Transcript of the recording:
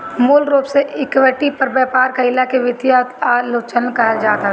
मूल रूप से इक्विटी पर व्यापार कईला के वित्तीय उत्तोलन कहल जात हवे